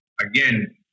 again